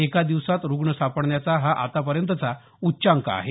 एका दिवसात रुग्ण सापडण्याचा हा आतापर्यंतचा उच्चांक आहे